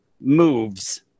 moves